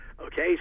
okay